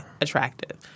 attractive